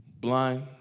blind